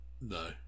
No